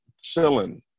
Chilling